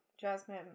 Jasmine